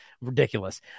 Ridiculous